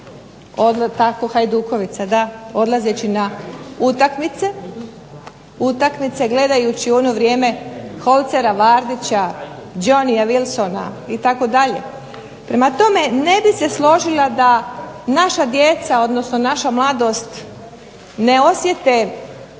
dobro osjećala odlazeći na utakmice gledajući u ono vrijeme Holcera Valdića, Jonnya Wilsona itd. Prema tome ne bih se složila da naša djeca odnosno naša mladost ne osjete